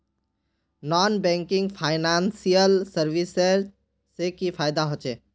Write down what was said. Non banking financial services से की फायदा होचे?